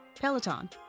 Peloton